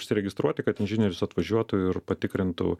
užsiregistruoti kad inžinierius atvažiuotų ir patikrintų